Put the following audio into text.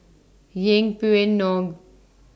Yeng Pway Ngon